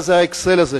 מה ה"אקסל" הזה,